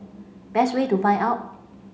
best way to find out